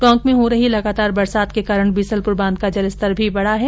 टोंक में हो रही लगातार बरसात के कारण बीसलपुर बांध का जलस्तर भी बढ़ा है